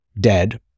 dead